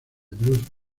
blues